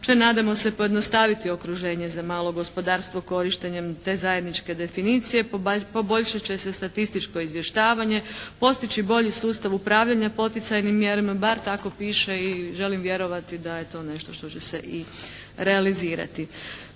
će nadamo se pojednostavniti okruženje za malo gospodarstvo korištenjem te zajedničke definicije. Poboljšat će se statističko izvještavanje, postići bolji sustav upravljanja poticajnim mjerama, bar tako piše i želim vjerovati da je to nešto što će se i realizirati.